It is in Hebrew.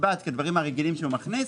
קצבה והדברים הרגילים שהוא מכניס.